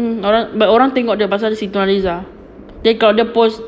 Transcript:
mm orang banyak orang tengok dia sebab dia siti nurhaliza they got the post